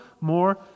more